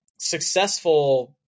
successful –